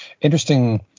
interesting